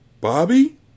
Bobby